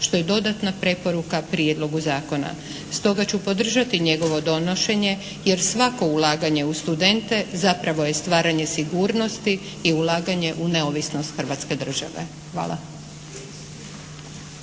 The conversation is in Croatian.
što je dodatna preporuka prijedlogu zakona. Stoga ću podržati njegovo donošenje jer svako ulaganje u studente, zapravo je stvaranje sigurnosti i ulaganje u neovisnost hrvatske države. Hvala.